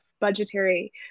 budgetary